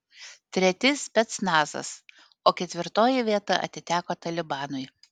treti specnazas o ketvirtoji vieta atiteko talibanui